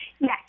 Yes